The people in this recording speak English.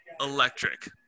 Electric